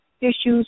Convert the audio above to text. issues